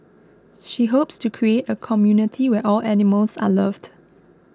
she hopes to create a community where all animals are loved